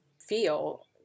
feel